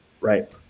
right